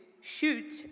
Shoot